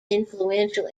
influential